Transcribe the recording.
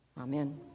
Amen